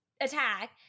attack